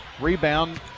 rebound